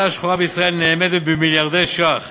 השחורה בישראל נאמדת במיליארדי ש"ח